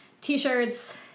T-shirts